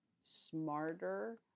smarter